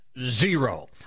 zero